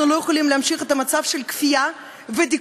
אנחנו לא יכולים להמשיך את המצב של כפייה ודיכוי.